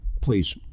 please